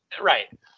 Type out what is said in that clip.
Right